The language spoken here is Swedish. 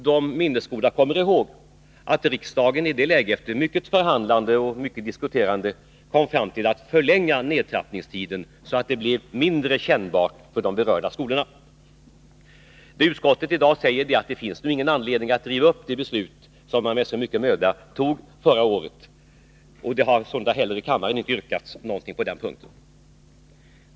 De minnesgoda kommer ihåg att riksdagen då efter mycket förhandlande och mycket diskuterande kom fram tillatt förlänga nedtrappningstiden, så att ändringen blev mindre kännbar för de berörda skolorna. Vad utskottet i dag säger är att det inte finns någon anledning att riva upp det beslut som man med så mycket möda tog förra året. Och det har således inte heller i kammaren yrkats något på den punkten.